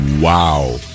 Wow